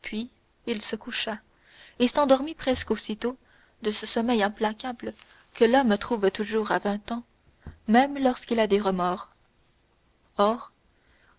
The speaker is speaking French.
puis il se coucha et s'endormit presque aussitôt de ce sommeil implacable que l'homme trouve toujours à vingt ans même lorsqu'il a des remords or